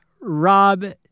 Rob